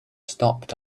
stopped